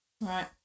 Right